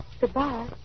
Goodbye